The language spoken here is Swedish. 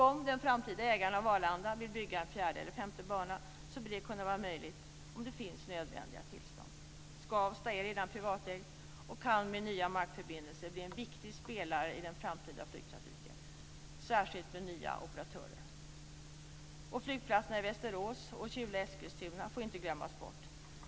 Om den framtida ägaren av Arlanda vill bygga en fjärde eller femte bana bör även detta kunna vara möjligt om det finns nödvändiga tillstånd. Skavsta är redan privatägt och kan med nya markförbindelser bli en viktig spelare i den framtida flygtrafiken, särskilt med nya operatörer. Flygplatserna i Västerås och Kjula/Eskilstuna får inte glömmas bort.